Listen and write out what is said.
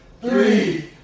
three